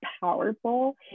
powerful